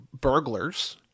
burglars